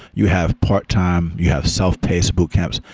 you have part-time, you have self-pace boot camps.